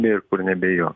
ir kur nebe jo